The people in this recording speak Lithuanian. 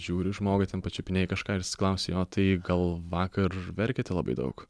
žiūri į žmogų ten pačiupinėji kažką ir jis klausi jo tai gal vakar verkėte labai daug